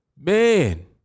man